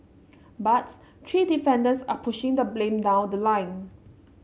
but three defendants are pushing the blame down the line